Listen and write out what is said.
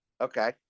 Okay